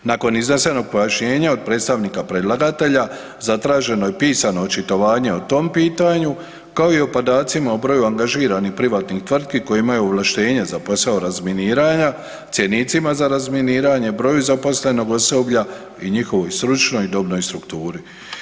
Nakon iznesenog pojašnjena od predstavnika predlagatelja zatraženo je pisano očitovanje o tom pitanju kao i o podacima o broju angažiranih privatnih tvrtki koje imaju ovlaštenje za posao razminiranja, cjenicima za razminiranje, broju zaposlenog osoblja i njihovoj stručnoj i dobnoj strukturi.